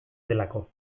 delako